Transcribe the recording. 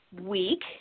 week